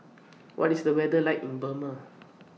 What IS The weather like in Burma